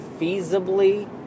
feasibly